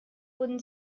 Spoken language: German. wurden